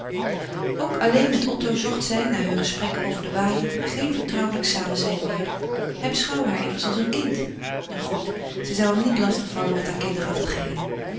ook alleen met otto zocht zij na heur gesprek over den waaier geen vertrouwelijk samenzijn meer hij beschouwde haar immers als een kind nu goed zij zou hem niet lastig vallen met haar kinderachtigheden